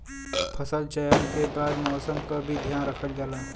फसल चयन के बाद मौसम क भी ध्यान रखल जाला